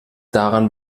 daran